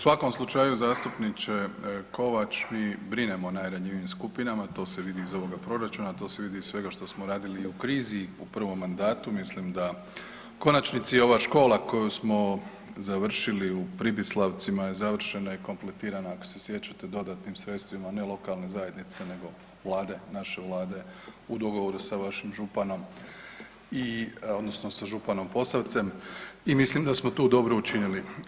U svakom slučaju zastupniče Kovač mi brinemo o najranjivijim skupinama, to se vidi iz ovoga proračuna, to se vidi iz svega što smo radili i u krizi i u prvom mandatu, mislim da u konačnici ova škola koju smo završili u Pribislavcima je završena i kompletirana ako se sjećate dodatnim sredstvima ne lokalne zajednice nego Vlade, naše Vlade u dogovoru sa vašim županom i odnosno sa županom Posavcem i mislim da smo tu dobro učinili.